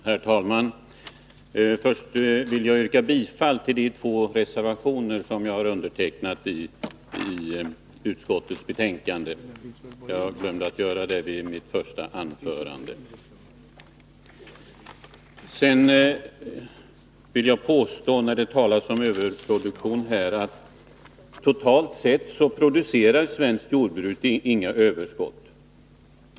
Herr talman! Först vill jag yrka bifall till de två reservationer som jag har undertecknat i utskottets betänkande. Jag glömde att göra det i mitt första anförande. Det talas här om överproduktion. Jag vill påstå att svenskt jordbruk totalt sett inte producerar några överskott.